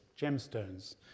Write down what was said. gemstones